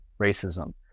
racism